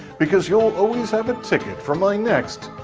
because you'll always have a ticket for my next,